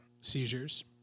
seizures